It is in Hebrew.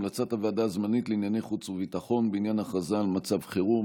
המלצת הוועדה הזמנית לענייני חוץ וביטחון בעניין הכרזה על מצב חירום.